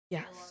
Yes